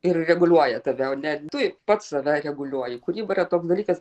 ir reguliuoja tave o ne tu pats save reguliuoji kūryba yra toks dalykas